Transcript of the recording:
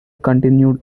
continued